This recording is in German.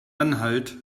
anhalt